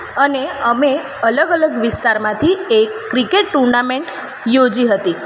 અને અમે અલગ અલગ વિસ્તારમાંથી એક ક્રિકેટ ટુર્નામેન્ટ યોજી હતી